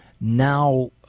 now